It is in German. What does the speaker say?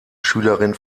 schülerin